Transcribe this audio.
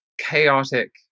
chaotic